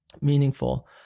meaningful